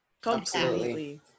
Completely